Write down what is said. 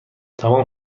تمام